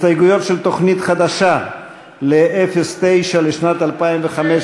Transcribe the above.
הסתייגויות של תוכנית חדשה ב-09 לשנת 2015,